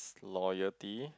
is loyalty